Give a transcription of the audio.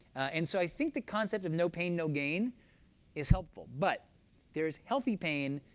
and so i think the concept of no pain, no gain is helpful. but there's healthy pain,